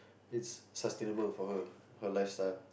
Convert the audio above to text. it's sustainable for her her lifestyle